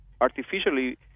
artificially